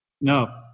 no